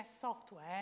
software